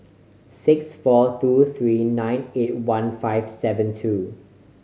six four two three nine eight one five seven two